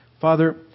father